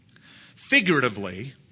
Figuratively